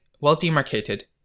well-demarcated